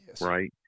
right